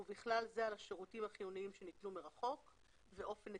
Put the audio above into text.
ובכלל זה על השירותים החיוניים שניתנו מרחוק ואופן נתינתם.